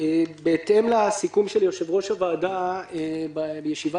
בהתאם לסיכום של יושב-ראש הוועדה בישיבה